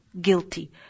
guilty